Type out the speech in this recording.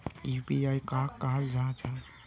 UPI कहाक कहाल जाहा जाहा?